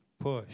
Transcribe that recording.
push